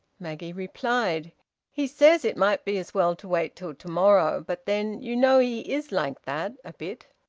maggie replied he says it might be as well to wait till to-morrow. but then you know he is like that a bit.